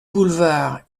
boulevard